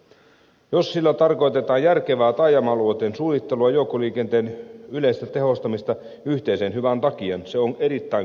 jos sillä tarkoitetaan järkevää taa jama alueitten suunnittelua joukkoliikenteen yleistä tehostamista yhteisen hyvän takia se on erittäin kannatettavaa